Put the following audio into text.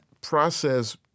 process